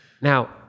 now